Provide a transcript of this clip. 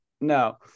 No